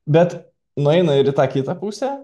bet nueina ir į tą kitą pusę